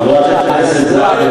חברת הכנסת זנדברג,